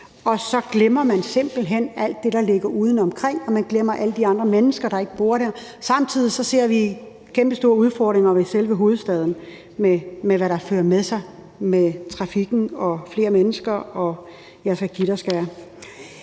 men så glemmer man simpelt hen alt det, der ligger udeomkring, og man glemmer alle de andre mennesker, der ikke bor der. Samtidig ser vi kæmpestore udfordringer i selve hovedstaden med det, der følger med, nemlig trafikken og flere mennesker, og jeg skal